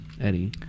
Eddie